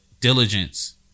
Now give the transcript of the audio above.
diligence